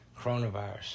coronavirus